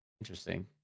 Interesting